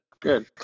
good